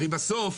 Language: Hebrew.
הרי בסוף,